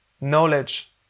knowledge